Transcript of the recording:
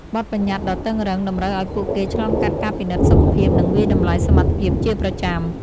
បទប្បញ្ញត្តិដ៏តឹងរ៉ឹង តម្រូវឲ្យពួកគេឆ្លងកាត់ការពិនិត្យសុខភាពនិងវាយតម្លៃសមត្ថភាពជាប្រចាំ។